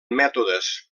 mètodes